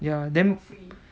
ya then